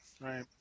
Right